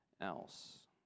else